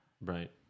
Right